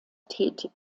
tätig